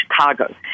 Chicago